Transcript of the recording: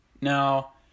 Now